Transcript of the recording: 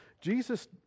Jesus